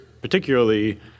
particularly